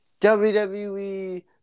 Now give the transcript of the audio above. WWE